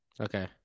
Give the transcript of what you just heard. Okay